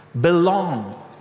belong